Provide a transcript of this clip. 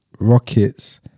Rockets